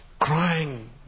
crying